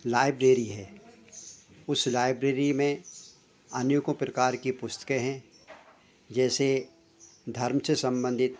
library है उस library में अनेकों प्रकार के पुस्तकें हैं जैसे धर्म से संबंधित